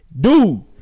dude